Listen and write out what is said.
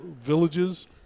villages